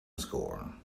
score